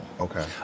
Okay